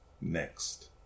next